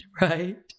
right